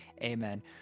Amen